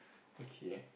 okay